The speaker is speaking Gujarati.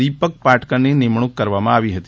દિપક પાટકરની નિમણૂંક કરવામાં આવી હતી